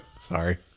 Sorry